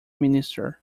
minister